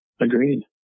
Agreed